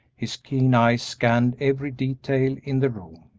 his keen eyes scanned every detail in the room.